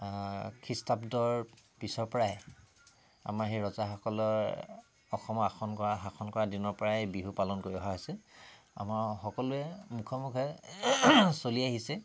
খ্ৰীষ্টাব্দৰ পিছৰ পৰাই আমাৰ সেই ৰজাসকলে অসমত শাসন কৰা শাসন কৰা দিনৰ পৰাই বিহু পালন কৰি অহা হৈছে আমাৰ সকলোৰে মুখে মুখে চলি আহিছে